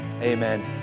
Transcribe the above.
Amen